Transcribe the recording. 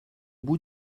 bout